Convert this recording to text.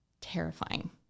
terrifying